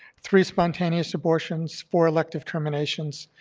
three spontaneous abortions, four elective terminations,